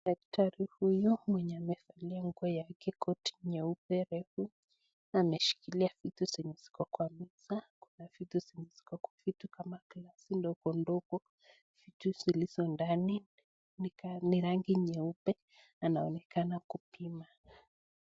Daktari huyu mwenye amevalia nguo yake ,koti nyeupe refu ameshikilia vitu zenye ziko kwa meza kuna vitu zenye ziko kwa vitu kama glasi ndogo ndogo vitu zilizondani ni rangi nyeupe anaonekana kupima